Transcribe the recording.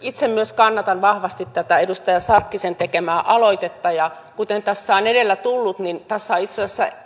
itse myös kannatan vahvasti tätä edustaja sarkkisen tekemää aloitetta ja kuten tässä on edellä tullut tässä on itse asiassa